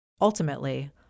Ultimately